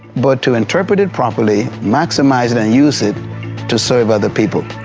but to interpret it properly, maximize it and use it to serve other people.